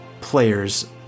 players